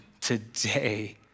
today